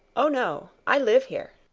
oh no! i live here.